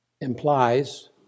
implies